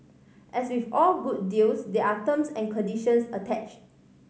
as with all good deals there are terms and conditions attach